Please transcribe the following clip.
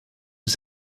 was